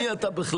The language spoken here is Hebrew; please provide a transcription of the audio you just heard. מי אתה בכלל?